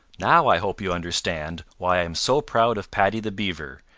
now i hope you understand why i am so proud of paddy the beaver,